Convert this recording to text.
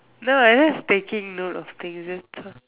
no I just taking note of things just talk